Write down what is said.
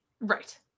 Right